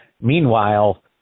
Meanwhile